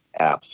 apps